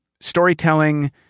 storytelling